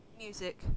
music